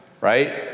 right